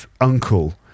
uncle